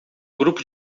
grupo